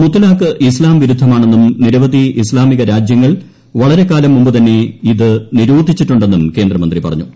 മുത്തലാഖ് ഇസ്ലാം വിരുദ്ധമാണെന്നും നിരവധി ഇസ്താമിക രാജ്യങ്ങൾ വളരെക്കാലം മുമ്പ് തന്നെ ഇത് നിരോധിച്ചിട്ടുണ്ടെന്നും കേന്ദ്രമന്ത്രി പറഞ്ഞു